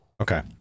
Okay